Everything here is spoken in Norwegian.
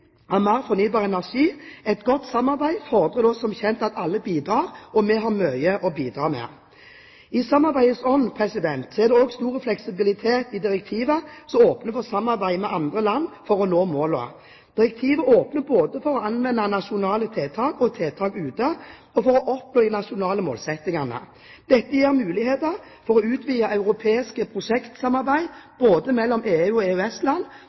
av mer fornybar energi. Et godt samarbeid fordrer som kjent at alle bidrar – og vi har mye å bidra med! I samarbeidets ånd er det også stor fleksibilitet i direktivet, noe som åpner for samarbeid med andre land for å nå målene. Direktivet åpner for å anvende både nasjonale tiltak og tiltak ute for å oppnå de nasjonale målsettingene. Dette gir muligheter for utvidet europeisk prosjektsamarbeid både mellom EU- og